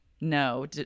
No